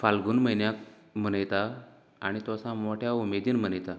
फाल्गून म्हयन्यांत मनयतात आनी तो सामको मोठ्या उमेदीन मनयता